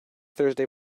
thursday